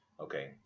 okay